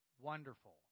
wonderful